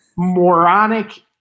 Moronic